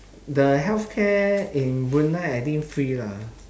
the healthcare in brunei I think free lah